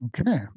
Okay